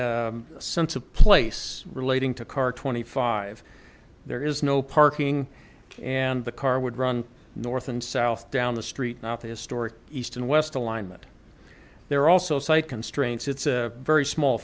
sense of place relating to car twenty five there is no parking and the car would run north and south down the street not the historic east and west alignment there also site constraints it's a very small